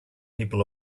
people